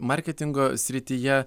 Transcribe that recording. marketingo srityje